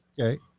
Okay